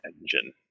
engine